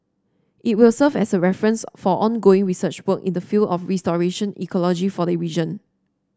it will serve as a reference for ongoing research work in the field of restoration ecology for the region